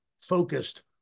focused